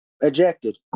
ejected